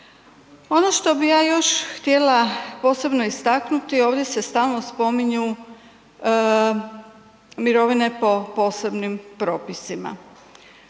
Ono što bih ja još htjela posebno istaknuti ovdje se stalno spominju mirovine po posebnim propisima.